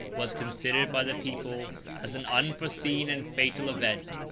was considered by the people as an unforeseen and fatal event,